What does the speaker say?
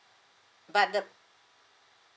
but the